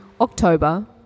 October